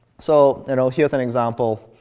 so and here's an example,